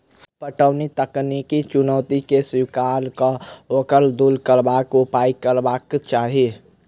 पटौनीक तकनीकी चुनौती के स्वीकार क ओकरा दूर करबाक उपाय तकबाक चाही